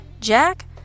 Jack